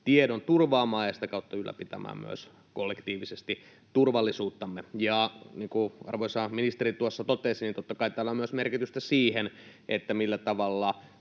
tiedon turvaamaan ja sitä kautta ylläpitämään myös kollektiivisesti turvallisuuttamme. Ja niin kuin arvoisa ministeri tuossa totesi, totta kai tällä on merkitystä myös siinä, millä tavalla